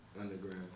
underground